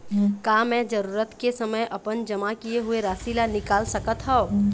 का मैं जरूरत के समय अपन जमा किए हुए राशि ला निकाल सकत हव?